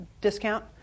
discount